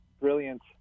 brilliant